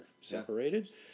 separated